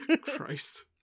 Christ